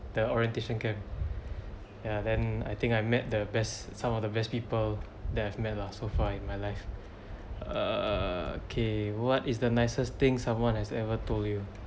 the orientation camp ya then I think I met the best some of the best people that I've met lah so far in my life err okay what is the nicest thing someone has ever told you